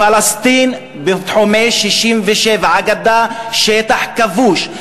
פלסטין בתחומי 67'. הגדה שטח כבוש.